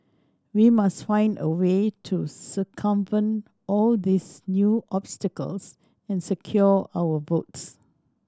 we must find a way to circumvent all these new obstacles and secure our votes